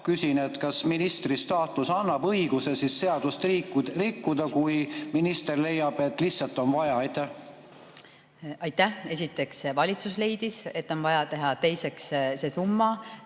Küsin, kas ministri staatus annab õiguse seadust rikkuda, kui minister leiab, et lihtsalt on vaja. Aitäh! Esiteks, valitsus leidis, et on vaja teha. Teiseks, see summa,